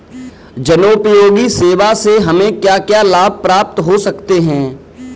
जनोपयोगी सेवा से हमें क्या क्या लाभ प्राप्त हो सकते हैं?